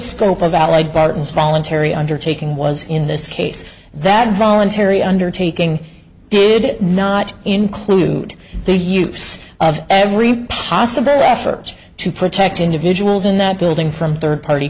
scope of valid barton's voluntary undertaking was in this case that voluntary undertaking did not include the use of every possible effort to protect individuals in that building from third party